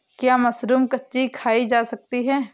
क्या मशरूम कच्ची खाई जा सकती है?